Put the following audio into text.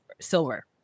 silver